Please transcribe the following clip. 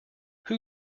who